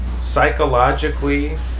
psychologically